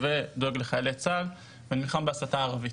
ודואג לחיילי צה"ל ונלחם בהסתה ערבית.